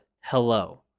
Hello